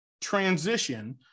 transition